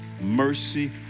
mercy